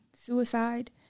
suicide